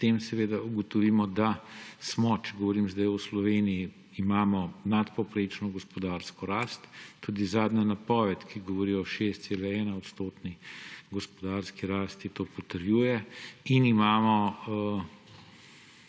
potem seveda ugotovimo, da imamo, če govorim zdaj o Sloveniji, nadpovprečno gospodarsko rast. Tudi zadnja napoved, ki govori o 6,1-odstotni gospodarski rasti, to potrjuje. In imamo